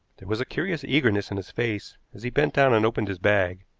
there was a curious eagerness in his face as he bent down and opened his bag,